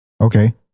Okay